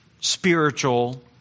spiritual